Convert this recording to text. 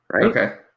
Okay